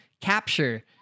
capture